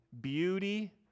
beauty